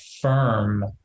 firm